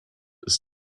ist